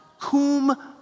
cum